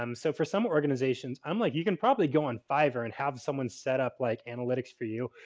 um so, for some organizations i'm like you can probably go on fiverr and have someone set up like analytics for you.